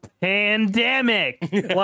pandemic